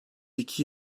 iki